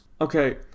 Okay